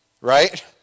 Right